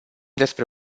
despre